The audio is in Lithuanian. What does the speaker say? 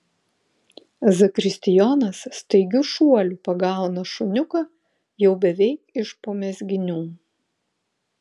zakristijonas staigiu šuoliu pagauna šuniuką jau beveik iš po mezginių